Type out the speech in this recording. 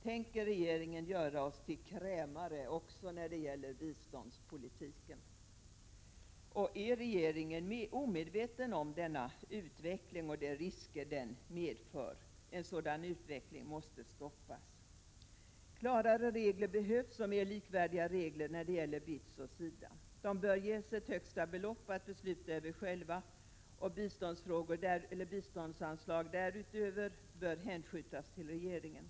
Tänker regeringen göra oss till krämare också när det gäller biståndspolitiken? Är regeringen omedveten om denna utveckling och de risker den medför? Denna utveckling måste stoppas. Klarare och mer likvärdiga regler i vad gäller BITS och SIDA behövs. Dessa bör ges ett högsta belopp att besluta över själva. Frågor rörande biståndsanslag utöver de fastställda beloppen bör hänskjutas till regeringen.